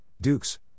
dukes